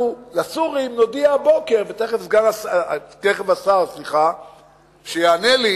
לסורים נודיע הבוקר, ותיכף השר שיענה לי